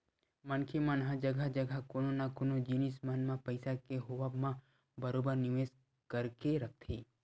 मनखे मन ह जघा जघा कोनो न कोनो जिनिस मन म पइसा के होवब म बरोबर निवेस करके रखथे